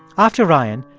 after ryan,